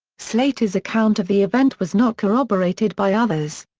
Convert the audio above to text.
slater's account of the event was not corroborated by others.